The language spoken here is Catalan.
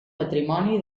patrimoni